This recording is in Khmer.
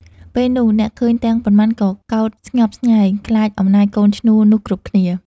ពេលនោះ អ្នកឃើញទាំងប៉ុន្មានក៏កោតស្ញប់ស្ញែង ខ្លាចអំណាចកូនឈ្នួលនោះគ្រប់គ្នា ។